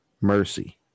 Mercy